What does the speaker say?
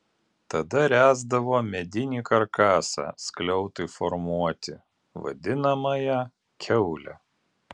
tada ręsdavo medinį karkasą skliautui formuoti vadinamąją kiaulę